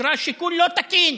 נקרא שיקול לא תקין.